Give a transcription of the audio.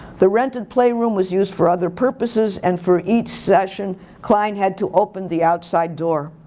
the rented playroom was used for other purposes and for each session klein had to open the outside door.